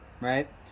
right